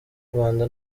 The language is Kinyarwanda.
rwanda